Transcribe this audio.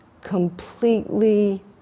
completely